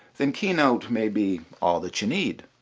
then keynote may be all that you need.